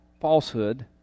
falsehood